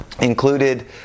included